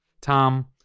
Tom